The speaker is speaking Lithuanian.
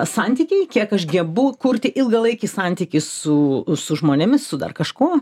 santykiai kiek aš gebu kurti ilgalaikį santykį su su žmonėmis su dar kažkuo